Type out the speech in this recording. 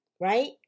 right